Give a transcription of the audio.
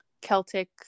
Celtic